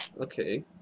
Okay